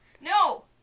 No